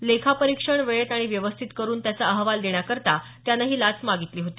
लेखा परीक्षण वेळेत आणि व्यवस्थित करून त्याचा अहवाल देण्याकरता त्यानं ही लाच मागितली होती